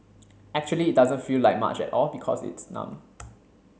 actually it doesn't feel like much at all because it's numb